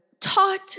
taught